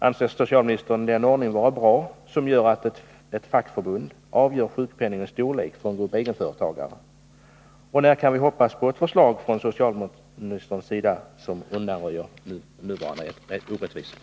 Anser socialministern den ordningen vara bra, att ett fackförbund avgör sjukpenningens storlek för en grupp egenföretagare? När kan vi hoppas på ett förslag från socialministern vilket undanröjer nuvarande orättvisor?